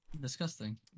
Disgusting